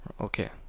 Okay